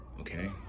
okay